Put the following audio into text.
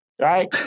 Right